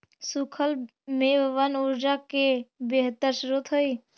सूखल मेवबन ऊर्जा के बेहतर स्रोत हई